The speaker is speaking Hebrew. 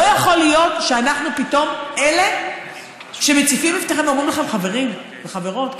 לא יכול להיות שאנחנו פתאום אלה שמציפים ואומרים לכם: חברים וחברות,